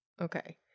Okay